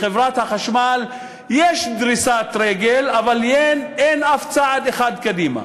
בחברת החשמל יש דריסת רגל אבל אין אף צעד אחד קדימה.